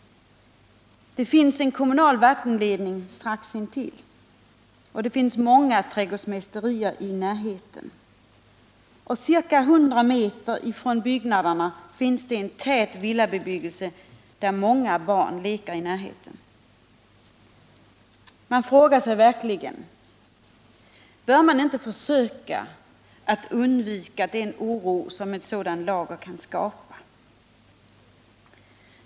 En kommunal vattenledning går strax intill, och det finns många trädgårdsmästerier i närheten. Ca 100 m från byggnaderna ligger en tät villabebyggelse, där många barn leker i närheten. Man frågar sig verkligen: Bör vi inte försöka undvika den oro som ett sådant här lager kan skapa?